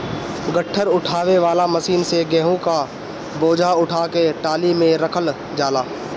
गट्ठर उठावे वाला मशीन से गेंहू क बोझा उठा के टाली में रखल जाला